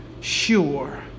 Sure